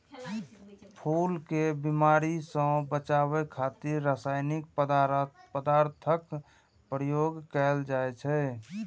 फूल कें बीमारी सं बचाबै खातिर रासायनिक पदार्थक प्रयोग कैल जाइ छै